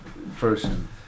person